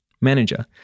Manager